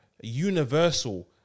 universal